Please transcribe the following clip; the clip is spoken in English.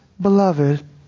beloved